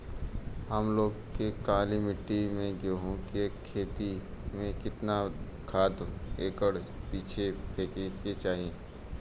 हम लोग के काली मिट्टी में गेहूँ के खेती में कितना खाद एकड़ पीछे फेके के चाही?